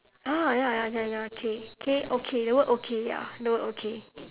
ah ya ya ya K K okay the word okay ya the word okay